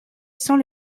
sans